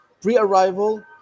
pre-arrival